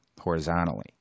horizontally